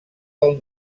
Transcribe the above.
del